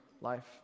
life